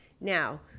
Now